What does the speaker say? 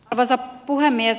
arvoisa puhemies